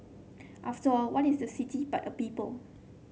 after all what is the city but a people